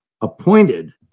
appointed